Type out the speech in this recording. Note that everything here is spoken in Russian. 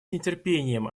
нетерпением